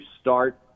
start